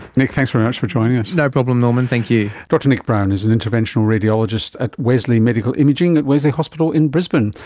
nick, thanks very much for joining us. no problem norman, thank you. dr nick brown is an interventional radiologist at wesley medical imaging at wesley hospital in brisbane.